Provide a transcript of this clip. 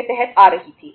देखें